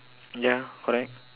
ya correct